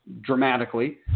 dramatically